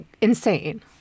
insane